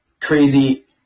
crazy